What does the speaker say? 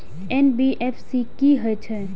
NBFC की हे छे?